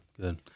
good